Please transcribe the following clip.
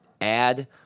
add